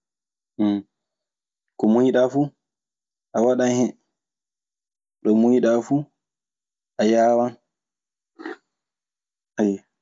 ko muuyɗaa fu a waɗan hen, ɗo muuyɗaa fu a yaawan. Ayyo.